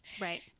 Right